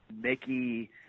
Mickey